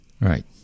Right